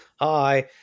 hi